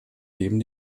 neben